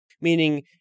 Meaning